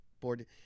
board